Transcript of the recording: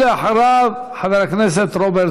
ואחריו, חבר הכנסת רוברט